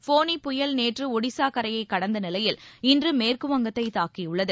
ஃபோனி புயல் நேற்று ஒடிசா கரையை கடந்த நிலையில் இன்று மேற்குவங்கத்தை தாக்கியுள்ளது